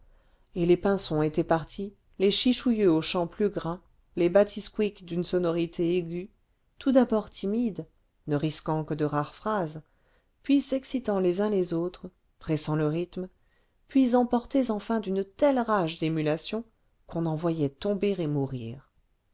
et les pinsons étaient partis les chichouïeux au chant plus gras les batisecouics d'une sonorité aiguë tout d'abord timides ne risquant que de rares phrases puis s'excitant les uns les autres pressant le rythme puis emportés enfin d'une telle rage d'émulation qu'on en voyait tomber et mourir